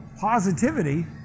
positivity